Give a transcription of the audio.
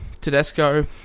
Tedesco